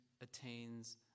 attains